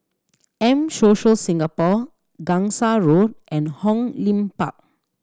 M Social Singapore Gangsa Road and Hong Lim Park